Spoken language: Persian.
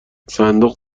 صندوق